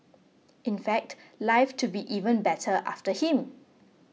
in fact life to be even better after him